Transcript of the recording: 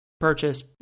purchase